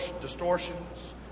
distortions